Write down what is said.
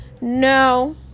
No